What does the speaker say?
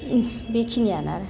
बेखिनियानो आरो